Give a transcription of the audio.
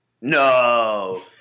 No